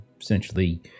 essentially